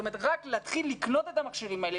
רק להתחיל לקנות את המכשירים האלה,